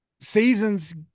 Seasons